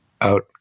out